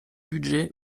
budget